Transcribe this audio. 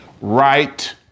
right